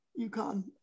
UConn